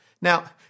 Now